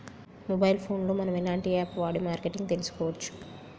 Mobile phone లో మనం ఎలాంటి యాప్ వాడి మార్కెటింగ్ తెలుసుకోవచ్చు?